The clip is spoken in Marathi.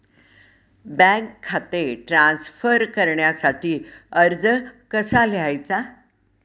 बँक खाते ट्रान्स्फर करण्यासाठी अर्ज कसा लिहायचा?